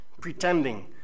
pretending